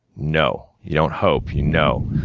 know, you don't hope, you know.